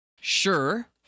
Sure